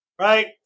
right